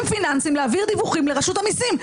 פיננסיים להעביר דיווחים לרשות המסים.